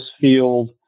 field